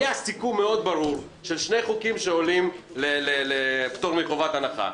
היה סיכום ברור מאוד של שתי הצעות חוק שעולות לפטור מחובת הנחה,